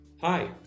Hi